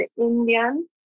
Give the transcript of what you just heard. indian